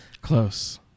Close